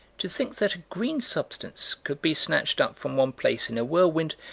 to think that a green substance could be snatched up from one place in a whirlwind,